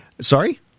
Sorry